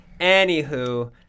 Anywho